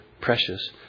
precious